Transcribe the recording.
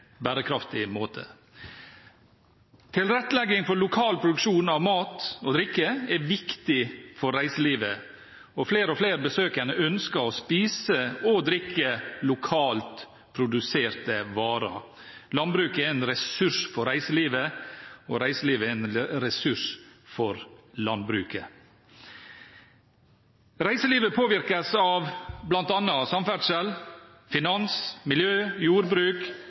bærekraftig måte. Tilrettelegging for lokal produksjon av mat og drikke er viktig for reiselivet, og flere og flere besøkende ønsker å spise og drikke lokalt produserte varer. Landbruket er en ressurs for reiselivet, og reiselivet er en ressurs for landbruket. Reiselivet påvirkes av bl.a. samferdsel, finans, miljø, jordbruk,